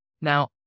Now